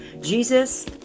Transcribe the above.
Jesus